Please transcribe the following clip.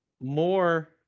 more